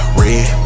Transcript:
red